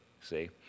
see